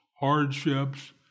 hardships